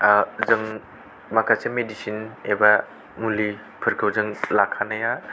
जों माखासे मेडिसिन एबा मुलिफोरखौ जों लाखानाया